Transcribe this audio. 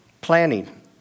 planning